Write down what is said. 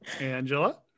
Angela